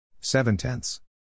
Seven-tenths